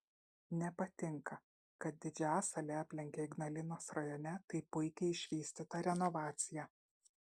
nepatinka kad didžiasalį aplenkia ignalinos rajone taip puikiai išvystyta renovacija